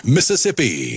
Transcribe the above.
Mississippi